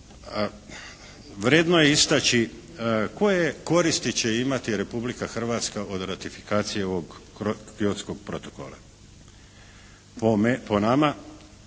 Vrijedno je istaći koje koristi će imati Republika Hrvatska od ratifikacije ovog Kyotskog protokola. Po nama